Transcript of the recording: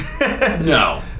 No